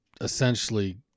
essentially